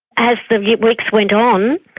as the weeks went on,